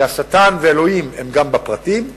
כי השטן ואלוהים הם גם בפרטים,